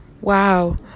Wow